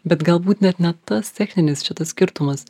bet galbūt net ne tas techninis šitas skirtumas